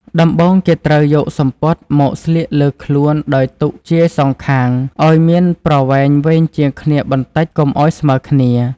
ដំបូងគេត្រូវយកសំពត់មកស្លៀកលើខ្លួនដោយទុកជាយសងខាងឲ្យមានប្រវែងវែងជាងគ្នាបន្តិចកុំឲ្យស្មើរគ្នា។